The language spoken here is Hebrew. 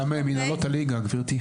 גברתי,